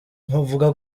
bavuga